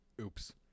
Oops